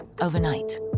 overnight